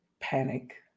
Panic